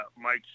Mike